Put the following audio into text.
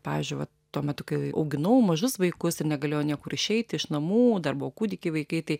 pavyzdžiui vat tuo metu kai auginau mažus vaikus ir negalėjo niekur išeiti iš namų dar buvo kūdikiai vaikai tai